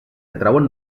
atreuen